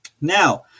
Now